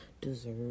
deserve